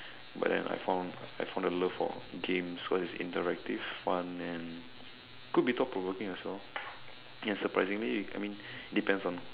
but then I found I found a love for games cause it's interactive one and could be thought provoking as well ya surprisingly I mean depends on